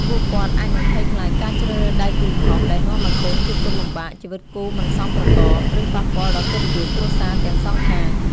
ពួកគាត់អាចនឹងភ័យខ្លាចការជ្រើសរើសដៃគូខុស ដែលនាំឱ្យកូនជួបទុក្ខលំបាក ជីវិតគូមិនសមប្រកប ឬប៉ះពាល់ដល់កិត្តិយសគ្រួសារទាំងសងខាង។